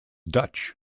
dutch